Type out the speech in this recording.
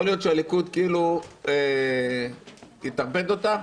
יכול להיות שהליכוד כאילו יטרפד אותה?